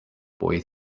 boy